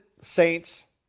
Saints